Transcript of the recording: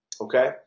okay